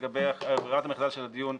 לגבי ברירת המחדל של הדיון,